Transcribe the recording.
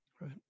Right